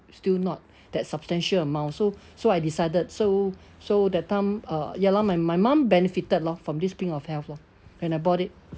still not that substantial amount so so I decided so so that time uh ya lah my my mum benefited lor from this pink of health lor when I bought it